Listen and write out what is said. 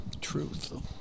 truth